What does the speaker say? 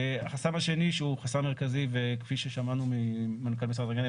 החסם השני שהוא חסם מרכזי וכפי ששמענו ממנכ"ל משרד האנרגיה,